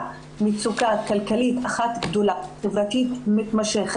מצוקה כלכלית וחברתית אחת גדולה ומתמשכת,